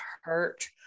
hurt